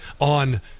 on